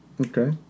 Okay